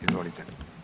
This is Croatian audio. Izvolite.